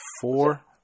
Four